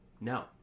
No